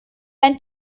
ein